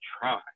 try